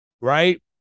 right